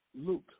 Luke